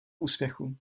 úspěchu